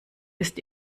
ist